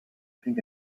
pink